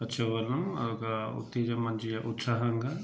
వచ్చేవాళ్ళం అడి ఒక ఉత్తేజం మంచిగా ఉత్సాహంగా